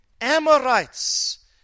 amorites